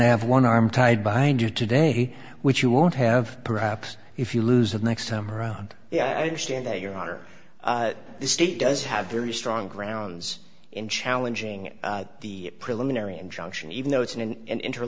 to have one arm tied behind you today which you won't have perhaps if you lose the next time around yeah understand that your honor the state does have very strong grounds in challenging the preliminary injunction even though it's an inter